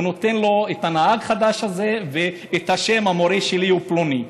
הוא נותן לו את ה"נהג חדש" הזה ואת השם: "המורה שלי הוא פלוני".